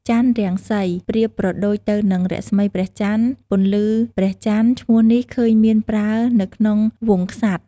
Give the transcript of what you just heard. ចន្ទរង្សី ប្រៀបប្រដូចទៅនឹង រស្មីព្រះចន្ទ ពន្លឺព្រះចន្ទ ឈ្មោះនេះឃើញមានប្រើនៅក្នុងវង្សក្សត្រ ។